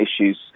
issues